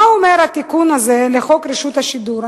מה אומר התיקון הזה לחוק רשות השידור?